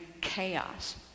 chaos